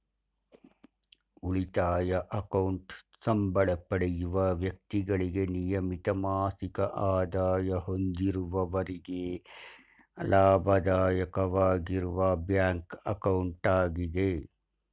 ಉಳಿತಾಯ ಅಕೌಂಟ್ ಸಂಬಳ ಪಡೆಯುವ ವ್ಯಕ್ತಿಗಳಿಗೆ ನಿಯಮಿತ ಮಾಸಿಕ ಆದಾಯ ಹೊಂದಿರುವವರಿಗೆ ಲಾಭದಾಯಕವಾಗಿರುವ ಬ್ಯಾಂಕ್ ಅಕೌಂಟ್ ಆಗಿದೆ